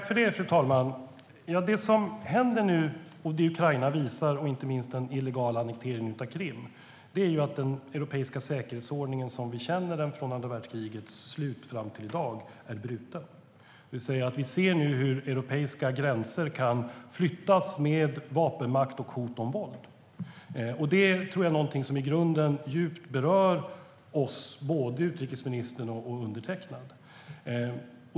Fru talman! Det som händer nu och det som Ukraina och inte minst den illegala annekteringen av Krim visar är att den europeiska säkerhetsordningen som vi känner den från andra världskrigets slut fram till i dag är bruten. Vi ser nu hur europeiska gränser kan flyttas med vapenmakt och hot om våld. Det tror jag är någonting som i grunden berör oss djupt, både utrikesministern och undertecknad.